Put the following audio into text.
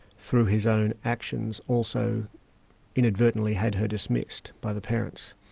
through his own actions, also inadvertently had her dismissed by the parents,